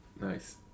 Nice